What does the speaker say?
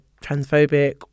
transphobic